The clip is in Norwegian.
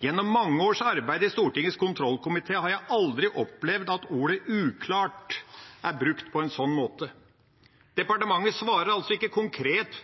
Gjennom mange års arbeid i Stortingets kontrollkomité har jeg aldri opplevd at ordet «uklart» er brukt på en sånn måte. Departementet svarer altså ikke konkret